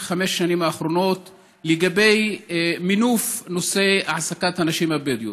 חמש השנים האחרונות לגבי מינוף נושא העסקת הנשים הבדואיות.